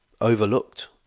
overlooked